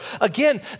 Again